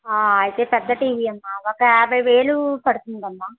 అయితే పెద్ద టీవీ ఒక యాభైవేలు పడుతుందమ్మా